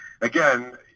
again